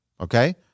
okay